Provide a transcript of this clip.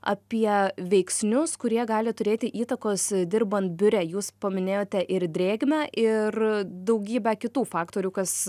apie veiksnius kurie gali turėti įtakos dirbant biure jūs paminėjote ir drėgmę ir daugybę kitų faktorių kas